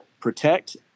protect